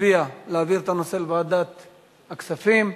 נצביע על העברת הנושא לוועדת הכספים,